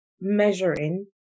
measuring